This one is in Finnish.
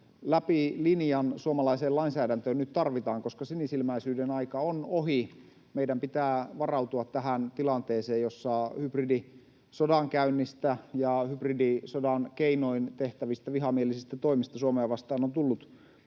läpi linjan suomalaiseen lainsäädäntöön nyt tarvitaan, koska sinisilmäisyyden aika on ohi. Meidän pitää varautua tähän tilanteeseen, jossa hybridisodankäynnistä ja hybridisodan keinoin tehtävistä vihamielisistä toimista Suomea vastaan on tullut